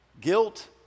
guilt